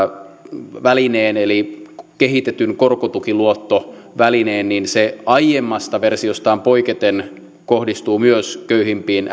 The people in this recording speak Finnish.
välineen eli kehitetyn korkotukiluottovälineen niin se aiemmasta versiostaan poiketen kohdistuu myös köyhimpiin